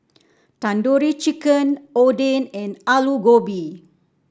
Tandoori Chicken Oden and Alu Gobi